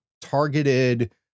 targeted